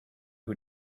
who